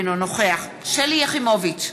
אינו נוכח שלי יחימוביץ,